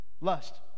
Lust